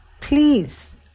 Please